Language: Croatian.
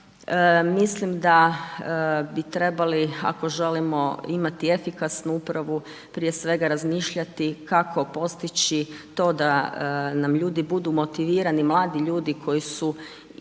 Mislim da bi trebali, ako želimo imati efikasnu upravu, prije svega razmišljati kako postići to da nam ljudi budu motivirani, mladi ljudi, koji su prije